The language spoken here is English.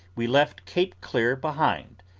we left cape clear behind,